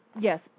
Yes